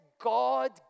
God